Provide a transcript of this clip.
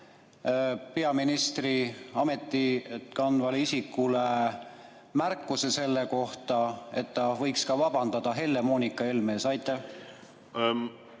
peaministri ametit kandvale isikule märkuse selle kohta, et ta võiks vabandada Helle-Moonika Helme ees? Tänan!